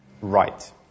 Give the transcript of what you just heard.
Right